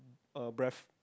a breath